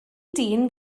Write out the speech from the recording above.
dyn